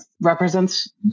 represents